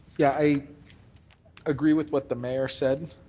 yeah, i agree with what the mayor said.